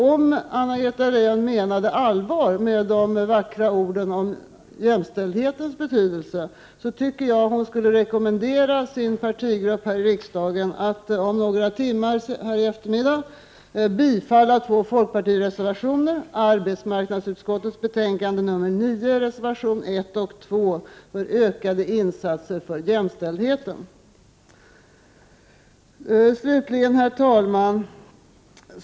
Om Anna-Greta Leijon menade allvar med de vackra orden om jämställdhetens betydelse, tycker jag att hon skall rekommendera sin partigrupp i riksdagen att här i eftermiddag om några timmar bifalla två folkpartireservationer i arbetsmarknadsutskottets betänkande nr 9. Det gäller reservation 1 och 2 om ökade insatser för jämställdheten. Herr talman!